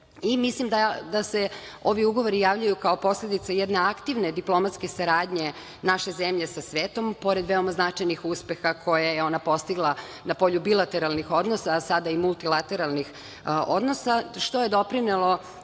mislim da se ovi ugovori javljaju kao posledica jedne aktivne diplomatske saradnje naše zemlje za svetom, pored veoma značajnih uspeha koje je ona postigla na polju bilateralnih odnosa, a sada i multilateralnih odnosa, što je doprinelo